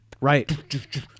right